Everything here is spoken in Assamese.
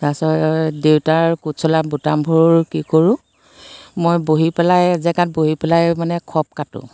তাৰ পাছত দেউতাৰ কোট চোলা বুটামবোৰ কি কৰোঁ মই বহি পেলাই এজেগাত বহি পেলাই মানে খব কাটো